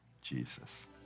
Jesus